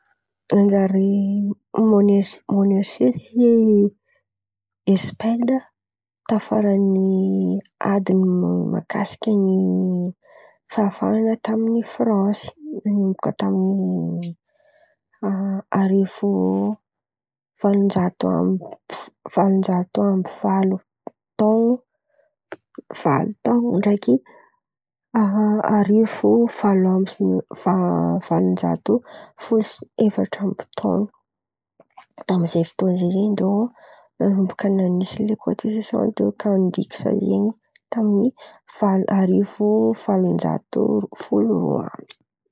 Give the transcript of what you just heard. Nanjary mônersi- mônersia zen̈y Espain̈a tafara ny ady mahakasika ny fahafahana tamin'i Fransy nanomboka tamin'ny a arivo valon-jato amby f- valon-jato amby valo taon̈o, valo taon̈o ndraiky a arivo valo ambin'ny va- valon-jato folo sy efatra amby taon̈o. Tamy ze fotoana ze zen̈y rô nanomboka nanisy ilay kôtizasion atao hoe kandiksa zen̈y valo arivo valon-jato folo roa amby.